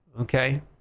Okay